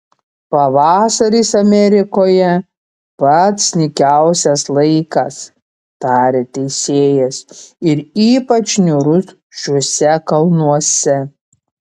pavasaris amerikoje pats nykiausias laikas tarė teisėjas ir ypač niūrus šiuose kalnuose